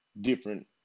different